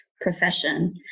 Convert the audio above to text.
profession